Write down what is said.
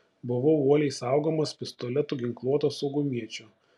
buvau uoliai saugomas pistoletu ginkluoto saugumiečio